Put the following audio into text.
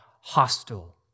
hostile